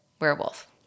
werewolf